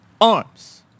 ARMS